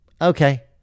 Okay